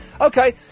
Okay